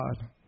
God